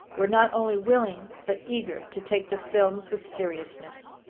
were not only willing but eager to take the films with seriousness.